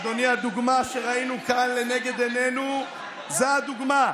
אדוני, הדוגמה שראינו כאן לנגד עינינו זו הדוגמה,